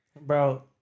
Bro